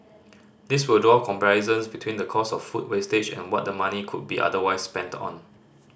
these will draw comparisons between the cost of food wastage and what the money could be otherwise spent on